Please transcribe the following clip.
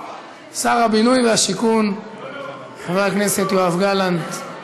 שר הבינוי והשיכון חבר הכנסת יואב גלנט.